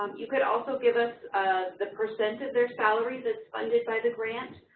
um you could also give us the percent of their salaries as funded by the grant,